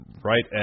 Right